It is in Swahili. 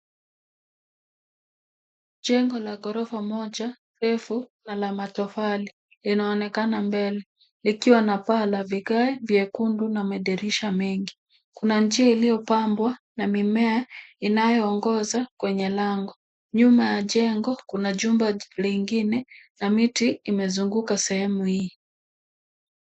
Jengo la ghorofa moja refu na la matofali linaonekana mbele likiwa na paa la vigae vyekundu na madirisha mengi. Kuna njia iliyopambwa na mimea inayoongoza kwenye lango. Nyuma ya jengo kuna jumba lingine na miti imezunguka sehemu hii.